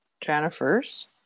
Jennifer's